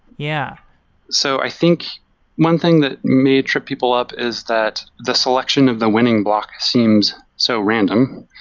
yeah so i think one thing that may trip people up is that the selection of the winning block seems so random.